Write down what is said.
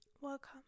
Welcome